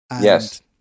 Yes